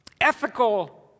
ethical